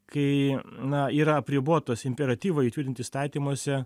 kai na yra apribotos imperatyvai įtvirtinti įstatymuose